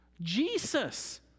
Jesus